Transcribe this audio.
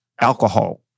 alcohol